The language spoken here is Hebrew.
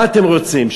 מה אתם רוצים?